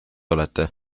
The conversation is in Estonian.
olete